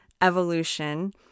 evolution